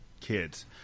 Kids